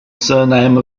surname